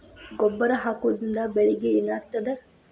ಗೊಬ್ಬರ ಹಾಕುವುದರಿಂದ ಬೆಳಿಗ ಏನಾಗ್ತದ?